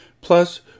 Plus